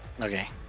Okay